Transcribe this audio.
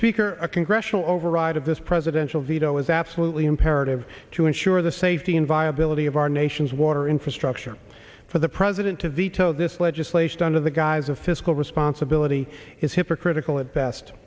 speaker a congressional override of this presidential veto is absolutely imperative to ensure the safety and viability of our nation's water infrastructure for the president to veto this legislation under the guise of fiscal responsibility is hypocritical at best